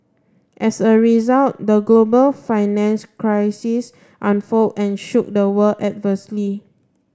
as a result the global financial crisis unfold and shook the world adversely